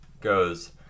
goes